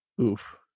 Oof